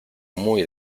muy